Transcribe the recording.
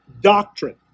doctrine